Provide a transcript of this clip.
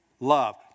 Love